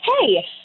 hey